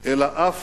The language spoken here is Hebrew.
אלא אף